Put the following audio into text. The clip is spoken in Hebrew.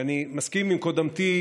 ואני מסכים עם קודמתי,